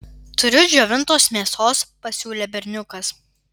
turiu džiovintos mėsos pasiūlė berniukas